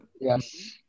Yes